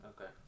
Okay